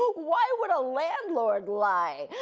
why would a landlord lie?